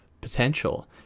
potential